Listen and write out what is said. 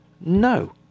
No